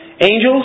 Angels